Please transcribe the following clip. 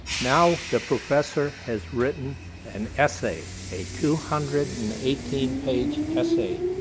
now, the professor has written an essay, a two hundred and eighteen page essay,